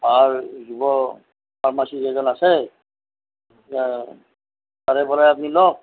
ভাল যুৱ ফাৰ্মাচিষ্ট এজন আছে এতিয়া তাৰে পৰাই আপুনি লওক